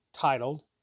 titled